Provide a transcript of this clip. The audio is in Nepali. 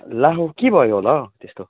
ला हौ के भयो होला त्यस्तो